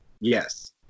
Yes